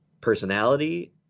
personality